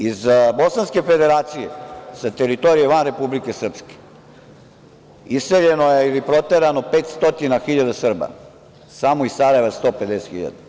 Iz bosanske Federacije, sa teritorije van Republike Srpske, iseljeno je ili proterano 500 hiljada Srba, samo iz Sarajeva 150 hiljada.